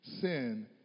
sin